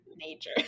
nature